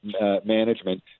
management